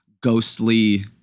ghostly